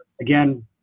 again